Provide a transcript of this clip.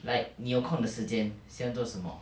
like 你有空的时间喜欢做什么